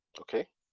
Okay